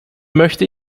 möchte